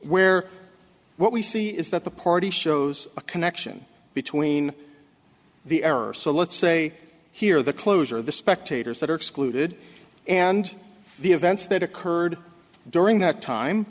where what we see is that the party shows a connection between the error so let's say here the closure the spectators that are excluded and the events that occurred during that time